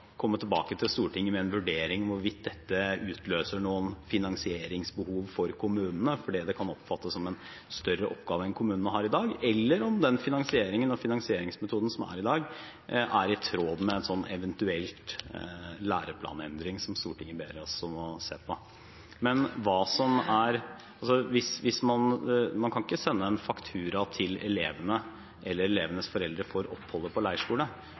komme tilbake til Stortinget med en vurdering om hvorvidt dette utløser noe finansieringsbehov hos kommunene fordi det kan oppfattes som en større oppgave enn det kommunene har i dag, eller om den finanseringen og finanseringsmetoden som er i dag, er i tråd med en eventuell læreplanendring, som Stortinget ber oss om å se på. Man kan ikke sende en faktura til elevene eller til elevenes foreldre for oppholdet på leirskole,